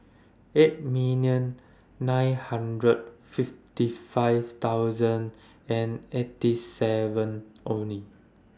eight million nine hundred and fifty five thousand and eighty seven Only